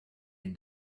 been